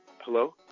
Hello